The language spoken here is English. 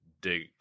dig